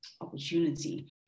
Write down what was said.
opportunity